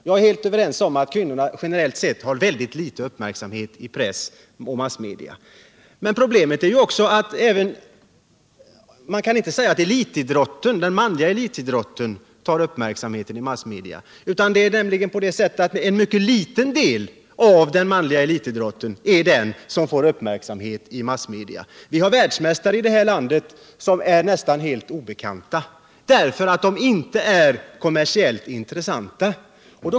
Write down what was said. Jag är helt ense med dessa talare om att kvinnorna generellt sett får litet uppmärksamhet i press och andra massmedia. Men man kan inte säga att den manliga elitidrotten som helhet får den största uppmärksamheten i massmedia. Det är nämligen en mycket liten del av den manliga elitidrotten som uppmärksammas. Vi har i det här landet världsmästare som är nästan helt obekanta fär människor därför att de inte är kommersiellt intressanta.